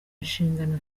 inshingano